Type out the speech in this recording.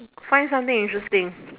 find something interesting